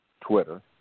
Twitter